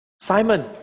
Simon